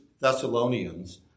Thessalonians